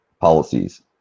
policies